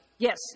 Yes